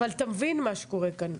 אבל אתה מבין מה שקורה כאן.